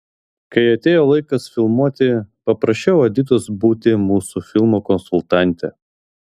kai atėjo laikas filmuoti paprašiau editos būti mūsų filmo konsultante